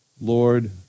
Lord